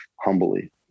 humbly